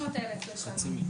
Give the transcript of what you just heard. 300,000 לשנה.